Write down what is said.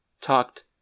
talked